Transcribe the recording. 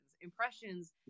impressions